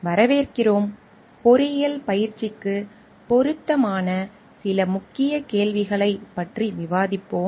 வரவேற்கிறோம் பொறியியல் பயிற்சிக்கு பொருத்தமான சில முக்கிய கேள்விகளைப் பற்றி விவாதிப்போம்